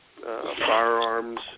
firearms